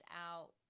out